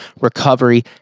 recovery